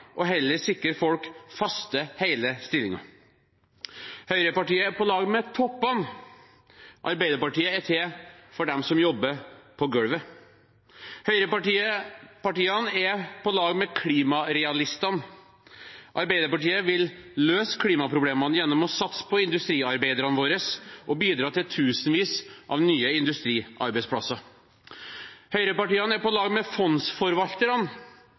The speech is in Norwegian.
og heller sikre folk faste, hele stillinger. Høyrepartiene er på lag med toppene – Arbeiderpartiet er til for dem som jobber på golvet. Høyrepartiene er på lag med klimarealistene – Arbeiderpartiet vil løse klimaproblemene gjennom å satse på industriarbeiderne våre og bidra til tusenvis av nye industriarbeidsplasser. Høyrepartiene er på lag med fondsforvalterne